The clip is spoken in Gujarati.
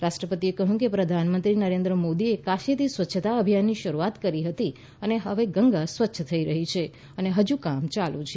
રાષ્ટ્રપતિએ કહ્યું કે પ્રધાનમંત્રી નરેન્દ્ર મોદીએ કાશીથી સ્વચ્છતા અભિયાનની શરૂઆત કરી હતી અને હવે ગંગા સ્વચ્છ થઈ રહી છે અને હજી કામ ચાલુ છે